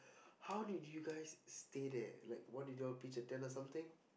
how did you guys stay there like what did you all pretend or something